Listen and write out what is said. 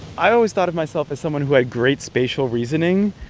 i always thought of myself as someone who had great spatial reasoning.